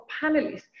panelists